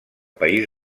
país